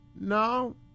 No